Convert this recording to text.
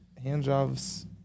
handjobs